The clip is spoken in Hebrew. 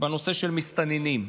בנושא של מסתננים.